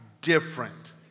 different